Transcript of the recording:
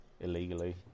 illegally